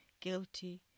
guilty